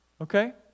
Okay